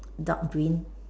dark green